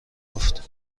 گفت